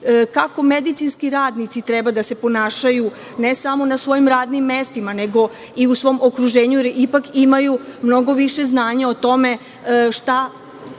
kako medicinski radnici treba da se ponašaju, ne samo na svojim radnim mestima, nego i u svom okruženju jer ipak imaju mnogo više znanja o tome šta